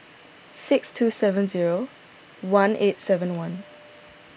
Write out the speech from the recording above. six two seven zero one eight seven one